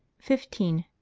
fifteen.